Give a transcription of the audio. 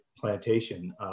Plantation